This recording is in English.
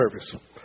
service